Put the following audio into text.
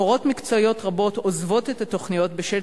מורות מקצועיות רבות עוזבות את התוכניות בשל